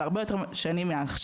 על הרבה יותר שנים מעכשיו